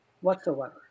whatsoever